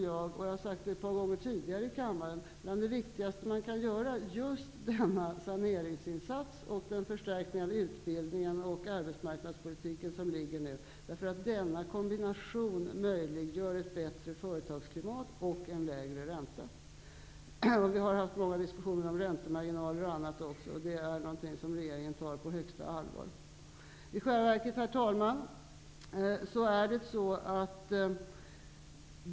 Jag har ett par gånger tidigare sagt i kammaren att det viktigaste som kan göras är denna saneringsinsats och att förstärka utbildningen och arbetsmarknaden. Denna kombination möjliggör ett bättre företagsklimat och en lägre ränta. Vi har haft många diskussioner om räntemarginaler osv. Det är något som regeringen tar på högsta allvar. Herr talman!